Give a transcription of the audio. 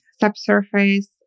subsurface